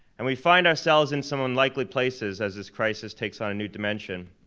and we find ourselves in some unlikely places as this crisis takes on a new dimension.